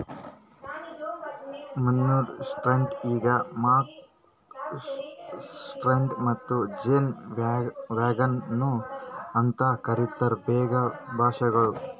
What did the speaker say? manure spreader ಈಗ್ muck spreader ಮತ್ತ ಜೇನ್ ವ್ಯಾಗನ್ ನು ಅಂತ ಕರಿತಾರ್ ಬೇರೆ ಭಾಷೆವಳಗ್